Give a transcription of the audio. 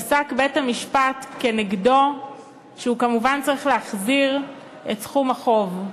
פסק בית-המשפט כנגדו שהוא כמובן צריך להחזיר את סכום החוב.